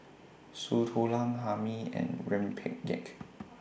Soup Tulang Hae Mee and Rempeyek